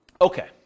okay